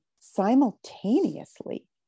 simultaneously